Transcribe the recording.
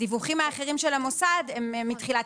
הדיווחים האחרים של המוסד הם מתחילת